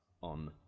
on